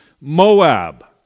Moab